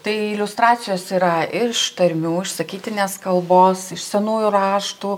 tai iliustracijos yra iš tarmių iš sakytinės kalbos iš senųjų raštų